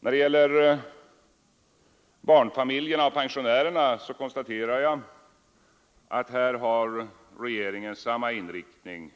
När det gäller barnfamiljerna och pensionärerna Nr 14 konstaterar jag att regeringen har samma inriktning